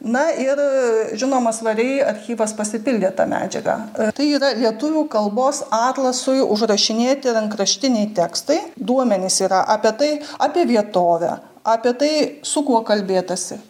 na ir žinoma svariai archyvas pasipildė ta medžiaga tai yra lietuvių kalbos atlasui užrašinėti rankraštiniai tekstai duomenys yra apie tai apie vietovę apie tai su kuo kalbėtasi